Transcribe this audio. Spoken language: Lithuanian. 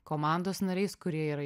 komandos nariais kurie yra